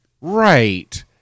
right